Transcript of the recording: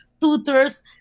tutors